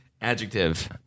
Adjective